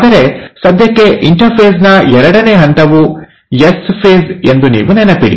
ಆದರೆ ಸದ್ಯಕ್ಕೆ ಇಂಟರ್ಫೇಸ್ ನ ಎರಡನೇ ಹಂತವು ಎಸ್ ಫೇಸ್ ಎಂದು ನೀವು ನೆನಪಿಡಿ